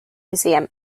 museum